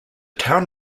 town